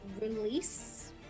release